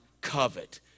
covet